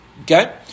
Okay